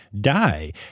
die